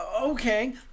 okay